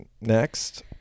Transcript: Next